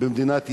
במדינת ישראל,